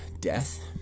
death